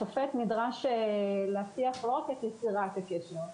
השופט נדרש להבטיח לא רק את יצירת הקשר,